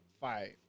fight